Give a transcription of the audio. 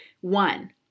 One